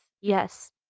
yes